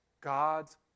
God's